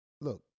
look